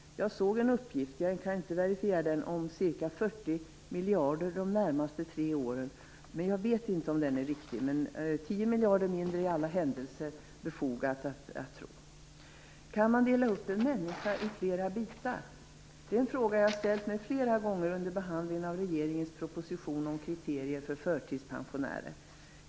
Jag såg en uppgift om ca 40 miljarder de närmaste tre åren, men jag vet inte om den är riktig. 10 miljarder är det i alla händelser befogat att tro att det är. Kan man dela upp en människa i flera bitar? Det är en fråga jag ställt mig flera gånger under behandlingen av regeringens proposition om kriterier för förtidspensioner.